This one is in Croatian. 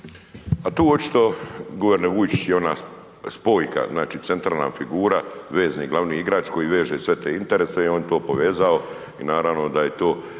Pa tu očito guverner Vujčić i ona spojka, znači centralna figura, vezni, glavni igrač koji veže sve te interese i on je to povezao i naravno da je to